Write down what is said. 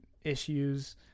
issues